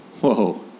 whoa